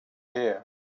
here